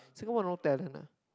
Singapore no talent ah